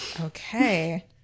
Okay